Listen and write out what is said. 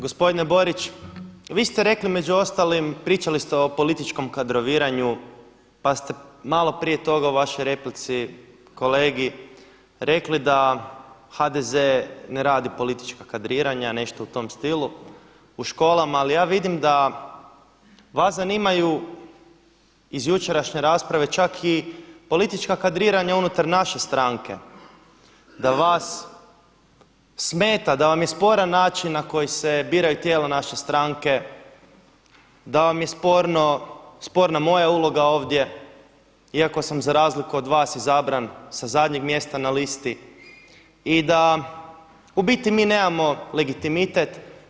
Gospodine Borić, vi ste rekli među ostalim, pričali ste o političkom kadroviranju pa ste malo prije toga u vašoj replici kolegi rekli da HDZ ne radi politička kadroviranja, nešto u tom stilu, u školama ali ja vidim da vas zanimaju iz jučerašnje rasprave čak politička kadroviranja unutar naše stranke, da vas smeta, da vam je sporan način na koji se biraju tijela naše stranke, da vam je sporna moja uloga ovdje iako sam za razliku od vas izabran sa zadnjeg mjesta na listi i da u biti mi nemamo legitimitet.